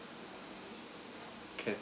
can